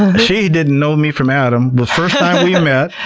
she didn't know me from adam! the first time we met,